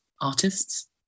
artists